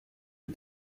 for